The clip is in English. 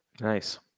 nice